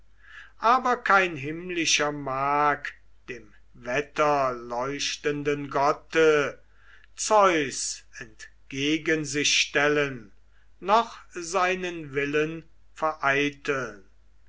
aber kein himmlischer mag dem wetterleuchtenden gotte zeus entgegen sich stellen noch seinen willen vereiteln